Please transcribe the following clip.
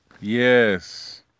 Yes